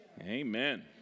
Amen